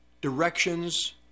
directions